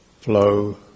flow